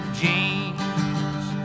jeans